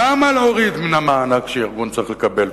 כמה להוריד מן המענק שארגון צריך לקבל,